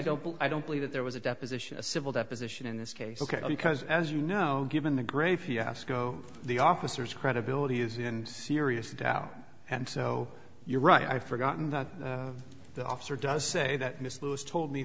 don't i don't believe that there was a deposition a civil deposition in this case ok because as you know given the grave fiasco the officers credibility is in serious doubt and so you're right i forgotten that the officer does say that miss lewis told me